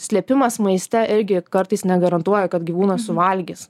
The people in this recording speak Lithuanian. slėpimas maiste irgi kartais negarantuoja kad gyvūnas suvalgys